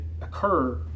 occur